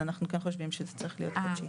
אנחנו כן חושבים שזה צריך להיות חודשי.